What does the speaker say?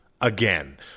again